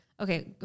Okay